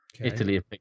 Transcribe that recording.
Italy